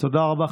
תודה רבה.